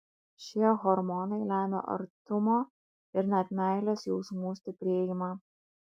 šie hormonai lemia artumo ir net meilės jausmų stiprėjimą